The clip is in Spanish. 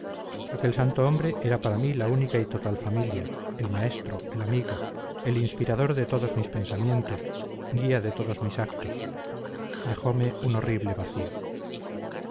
aquel santo hombre era para mí la única y total familia el maestro el amigo el inspirador de todos mis pensamientos guía de todos mis actos dejome un horrible vacío